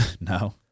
No